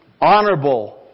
honorable